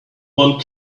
one